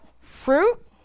fruit